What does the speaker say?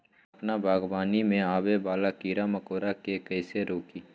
अपना बागवानी में आबे वाला किरा मकोरा के कईसे रोकी?